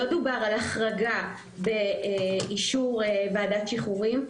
לא דובר על החרגה באישור ועדת שחרורים,